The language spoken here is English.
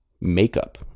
makeup